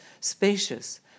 spacious